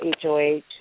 HOH